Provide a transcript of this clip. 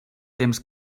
temps